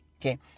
okay